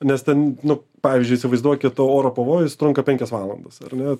nes ten nu pavyzdžiui įsivaizduokit oro pavojus trunka penkias valandas ar ne